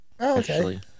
Okay